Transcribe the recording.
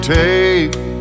take